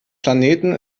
planeten